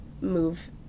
move